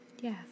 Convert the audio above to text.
Yes